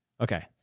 okay